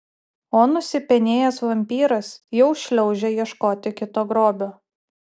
o nusipenėjęs vampyras jau šliaužia ieškoti kito grobio